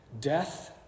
death